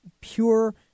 pure